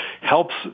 helps